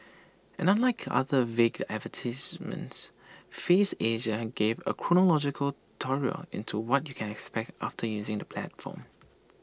and unlike other vague advertisements Faves Asia gave A chronological tutorial into what you can expect after using the platform